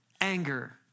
anger